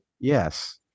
Yes